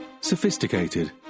Sophisticated